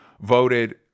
voted